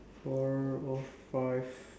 four or five